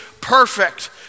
perfect